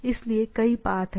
इसलिए कई पाथ हैं